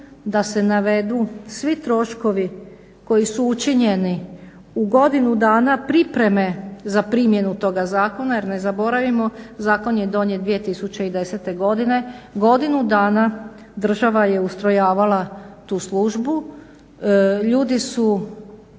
da se navedu svi troškovi koji su učinjeni u godinu dana pripreme za primjenu toga zakona. Jer ne zaboravimo, zakon je donijet 2010. godine, godinu dana država je ustrojavala tu službu, ljudi su